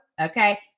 Okay